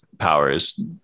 powers